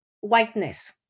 Whiteness